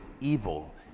evil